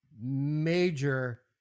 major